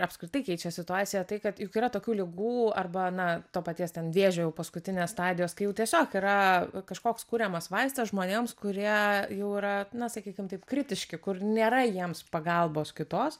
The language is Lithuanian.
apskritai keičia situaciją tai kad juk yra tokių ligų arba na to paties ten vėžio jau paskutinės stadijos kai jau tiesiog yra kažkoks kuriamas vaistas žmonėms kurie jau yra na sakykim taip kritiški kur nėra jiems pagalbos kitos